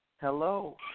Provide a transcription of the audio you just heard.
Hello